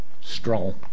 strong